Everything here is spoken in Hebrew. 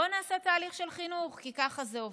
בוא נעשה תהליך של חינוך, כי ככה זה עובד.